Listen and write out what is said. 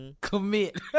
Commit